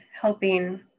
helping